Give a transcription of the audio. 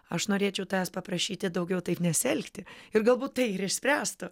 aš norėčiau tavęs paprašyti daugiau taip nesielgti ir galbūt tai ir išspręstų